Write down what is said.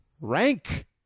Rank